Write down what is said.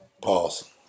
Pause